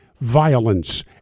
violence